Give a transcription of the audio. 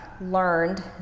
learned